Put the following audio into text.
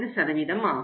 5 ஆகும்